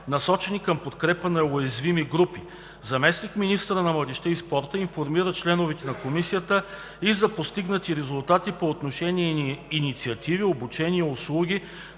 насочени към подкрепа на уязвими групи. Заместник-министърът на младежта и спорта информира членовете на Комисията и за постигнати резултати по отношение на инициативи, обучения и услуги,